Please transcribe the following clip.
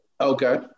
Okay